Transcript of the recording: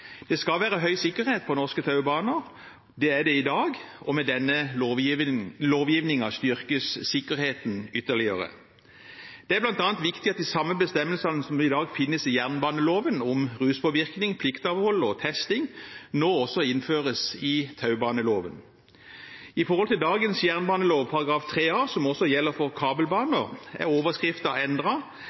Det skal være høy sikkerhet på norske taubaner – det er det i dag – og med denne lovgivningen styrkes sikkerheten ytterligere. Det er bl.a. viktig at de samme bestemmelsene som i dag finnes i jernbaneloven om ruspåvirkning, pliktavhold og testing, nå også innføres i taubaneloven. I forhold til dagens jernbanelov § 3a, som også gjelder for kabelbaner, er